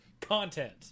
content